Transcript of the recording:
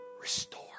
Restore